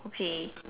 okay